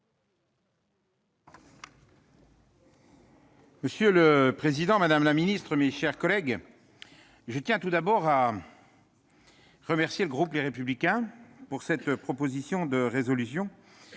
Monsieur le président, madame la secrétaire d'État, mes chers collègues, je tiens tout d'abord à remercier le groupe Les Républicains de cette proposition de résolution,